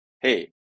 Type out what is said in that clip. hey